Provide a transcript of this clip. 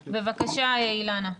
בבקשה,